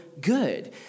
good